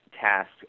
task